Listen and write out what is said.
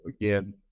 again